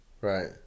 Right